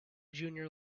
junior